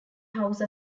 house